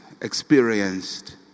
experienced